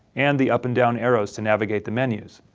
and the up and down arrows to navigate the menus.